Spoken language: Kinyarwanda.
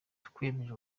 twiyemeje